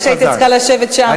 כנראה הייתי צריכה לשבת שם כדי שהוא,